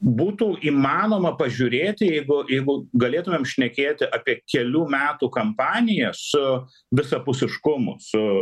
būtų įmanoma pažiūrėti jeigu jeigu galėtumėm šnekėti apie kelių metų kampaniją su visapusiškumu su